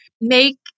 make